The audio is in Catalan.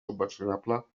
subvencionable